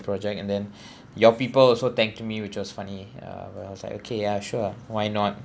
project and then your people also thanked me which was funny uh well I was like okay ya sure why not